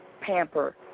pamper